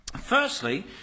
Firstly